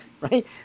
Right